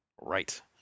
right